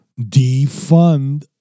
defund